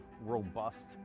robust